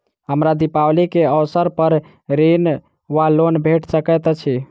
हमरा दिपावली केँ अवसर पर ऋण वा लोन भेट सकैत अछि?